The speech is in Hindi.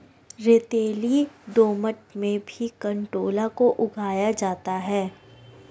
रेतीली दोमट में भी कंटोला को उगाया जाता है